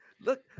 look